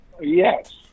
Yes